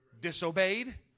disobeyed